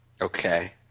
Okay